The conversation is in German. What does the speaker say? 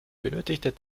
benötigte